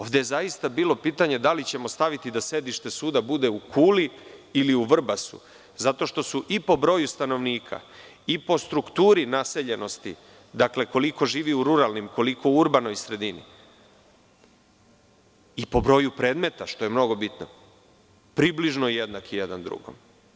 Ovde je zaista bilo pitanje da li ćemo staviti da sedište suda bude u Kuli ili u Vrbasu, zato što su i po broju stanovnika i po strukturi naseljenosti, dakle, koliko živi u ruralnim, koliko u urbanoj sredini i po broju predmeta, što je mnogo bitno, približno jednaki jedan drugom.